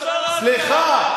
סליחה.